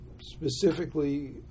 specifically